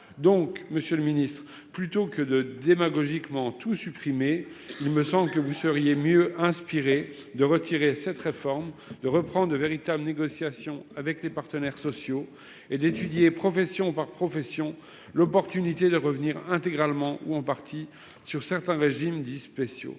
Monsieur le ministre, plutôt que de tout supprimer de manière démagogique, il me semble que vous seriez mieux inspiré de retirer cette réforme, d'ouvrir de véritables négociations avec les partenaires sociaux et d'étudier, profession par profession, l'opportunité de revenir intégralement ou en partie sur certains régimes dits spéciaux.